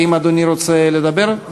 האם אדוני רוצה לדבר?